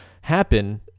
happen